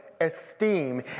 esteem